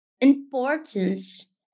importance